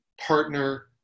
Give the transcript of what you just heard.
partner